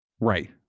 Right